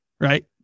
right